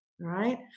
right